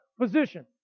position